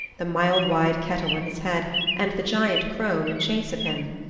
the mile-wide kettle on his head and the giant crone in chase of him.